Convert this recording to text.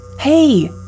Hey